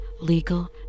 legal